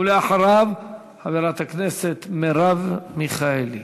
ואחריו, חברת הכנסת מרב מיכאלי.